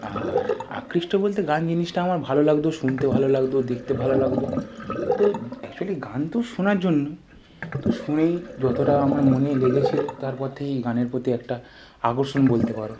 আর আকৃষ্ট বলতে গান জিনিসটা আমার ভালো লাগতো শুনতে ভালো লাগতো দেখতে ভালো লাগতো তো অ্যাকচ্যুলি গান তো শোনার জন্য তো শুনেই যতটা আমার মনে লেগেছিলো তারপর থেকেই গানের প্রতি একটা আকর্ষণ বলতে পারো